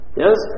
yes